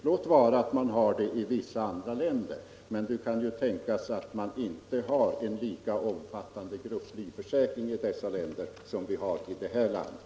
Låt vara att man har sådan försäkring i vissa andra länder, men det kan ju tänkas att man i dessa länder inte har en lika omfattande grupplivförsäkring som vi har här i landet.